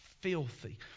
filthy